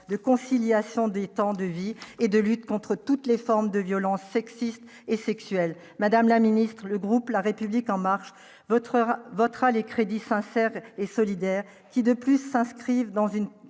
de conciliation des temps de vie et de lutte contre toutes les formes de violences sexistes et sexuelles madame la Ministre, le groupe la République en marche votre heure votera les crédits enfin faire et solidaire, qui de plus s'inscrive dans une